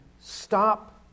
stop